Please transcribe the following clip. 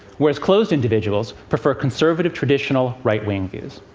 whereas closed individuals prefer conservative, traditional, right-wing views.